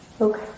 Okay